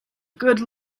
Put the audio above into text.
good